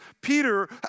Peter